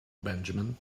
benjamin